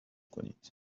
کنید